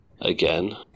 again